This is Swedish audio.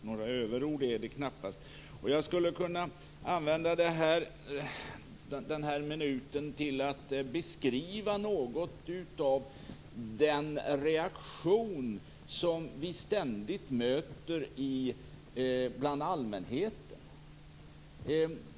Några överord är det knappast. Jag skulle kunna använda den här minuten till att beskriva något av den reaktion som vi ständigt möter bland allmänheten.